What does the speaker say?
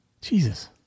Jesus